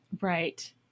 Right